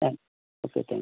okay thanks